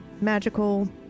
magical